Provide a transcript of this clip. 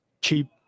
Cheap